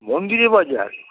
Mandirbazar